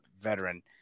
veteran